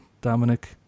Dominic